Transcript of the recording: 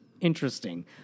interesting